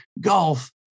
golf